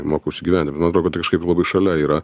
mokausi gyvenime nuo to kad tai kažkaip labai šalia yra